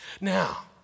Now